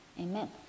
Amen